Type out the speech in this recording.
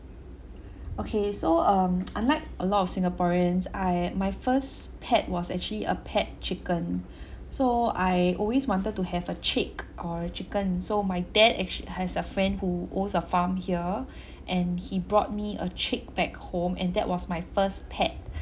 okay so um unlike a lot of singaporeans I my first pet was actually a pet chicken so I always wanted to have a chick or a chicken so my dad actually has a friend who owns a farm here and he brought me a chick back home and that was my first pet